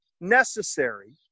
necessary